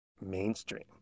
mainstream